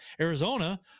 Arizona